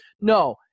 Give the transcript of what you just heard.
No